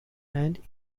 and